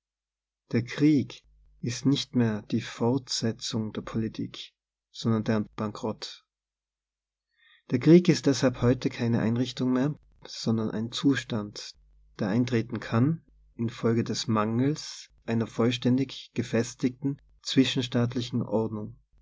der krieg ist nicht mehr die fortsetzung der politik sondern deren bankrott der krieg ist deshalb heute keine einrichtung mehr sondern ein zustand der eintreten kann infolge des mangels einer vollständig gefestigten zwischenstaatlichen ordnung